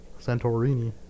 Santorini